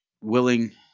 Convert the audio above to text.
willing